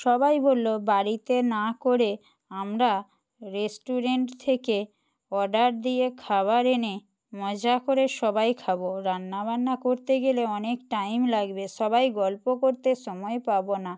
সবাই বললো বাড়িতে না করে আমরা রেস্টুরেন্ট থেকে অর্ডার দিয়ে খাবার এনে মজা করে সবাই খাবো রান্না বান্না করতে গেলে অনেক টাইম লাগবে সবাই গল্প করতে সময় পাবো না